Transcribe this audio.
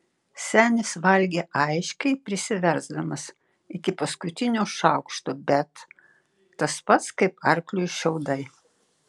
senis valgė aiškiai prisiversdamas iki paskutinio šaukšto bet tas pats kaip arkliui šiaudai